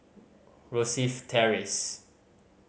Rosyth Terrace